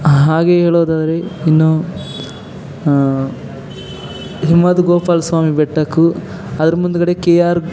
ಹಾಗೇ ಹೇಳೋದಾದರೆ ಇನ್ನು ಹಿಮವದ್ ಗೋಪಾಲಸ್ವಾಮಿ ಬೆಟ್ಟಕ್ಕೂ ಅದ್ರ ಮುಂದುಗಡೆ ಕೆ ಆರ್